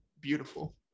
beautiful